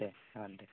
दे जागोन दे